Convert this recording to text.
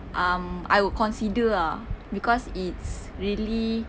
um I would consider ah because it's really